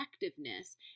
effectiveness